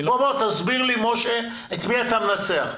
תסביר לי את מי אתה מנצח.